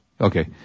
Okay